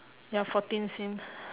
ya fourteen same